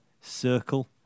Circle